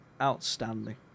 outstanding